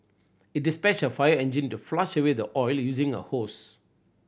it dispatched a fire engine to flush away the oil using a hose